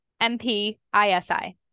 M-P-I-S-I